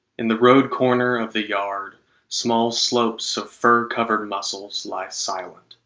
in the road-corner of the yard small slopes of fur-covered muscles lie silent,